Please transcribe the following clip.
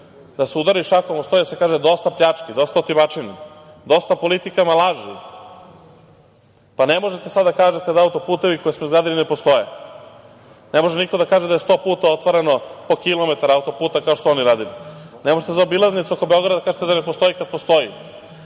da se udari šakom od sto i da se kaže - dosta pljačke, dosta otimačine, dosta politikama laži. Ne možete sada da kažete da autoputevi koji smo izgradili da ne postoje. Ne može niko da kaže da je sto puta otvoreno po kilometar autoputa, kao što su oni radili. Ne možete za obilaznicu oko Beograda da kažete da ne postoji, kada postoji. Svi